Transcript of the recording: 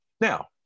Now